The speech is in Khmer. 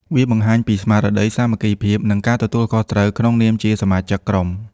វាបង្ហាញពីស្មារតីសាមគ្គីភាព និងការទទួលខុសត្រូវក្នុងនាមជាសមាជិកក្រុម។